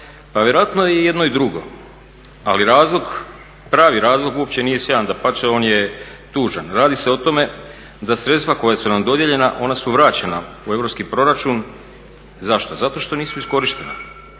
Pa vjerojatno je i jedno i drugo, ali razlog, pravi razlog uopće nije sjajan. Dapače, on je tužan. Radi se o tome da sredstva koja su nam dodijeljena ona su vraćena u europski proračun. Zašto? Zato što nisu iskorištena,